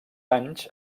anys